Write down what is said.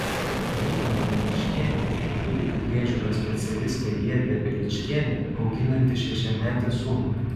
rūta mameniškienė ir kūdikių priežiūros specialistė giedrė veličkienė auginanti šešiametį sūnų